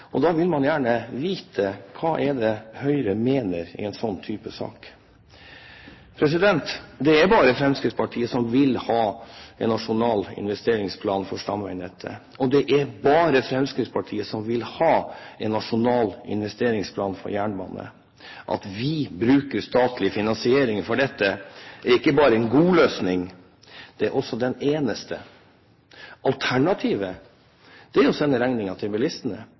stamveinettet. Da vil man gjerne vite hva det er Høyre mener i en slik type sak. Det er bare Fremskrittspartiet som vil ha en nasjonal investeringsplan for stamveinettet, og det er bare Fremskrittspartiet som vil ha en nasjonal investeringsplan for jernbanen. Statlig finansiering for dette, som vi bruker, er ikke bare en god løsning, det er også den eneste. Alternativet er å sende regningen til bilistene,